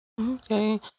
okay